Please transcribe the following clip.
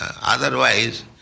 Otherwise